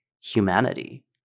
humanity